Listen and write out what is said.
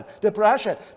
depression